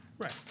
Right